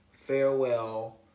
farewell